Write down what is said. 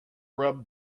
rub